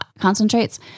concentrates